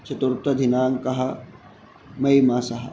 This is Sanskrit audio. चतुर्थदिनाङ्कः मयिमासः